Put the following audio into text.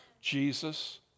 Jesus